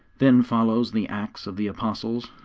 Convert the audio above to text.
then follows the acts of the apostles,